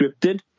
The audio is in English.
scripted